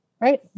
right